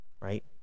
right